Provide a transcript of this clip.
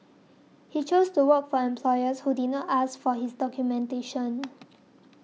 he chose to work for employers who did not ask for his documentation